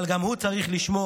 אבל גם הוא צריך לשמור